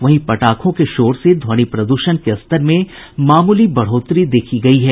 वहीं पटाखों के शोर से ध्वनि प्रदूषण के स्तर में मामूली बढ़ोतरी देखी गयी है